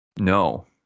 No